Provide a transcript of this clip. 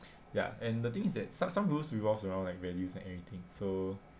ya and the thing is that some some rules revolves around like values and everything so